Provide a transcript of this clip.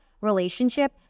relationship